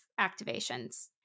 activations